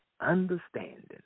understanding